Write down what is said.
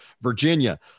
Virginia